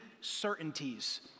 certainties